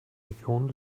region